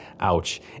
ouch